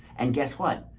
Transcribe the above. and guess what?